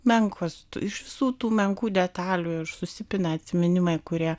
menkos iš visų tų menkų detalių ir susipina atsiminimai kurie